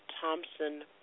Thompson